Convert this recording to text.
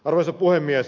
arvoisa puhemies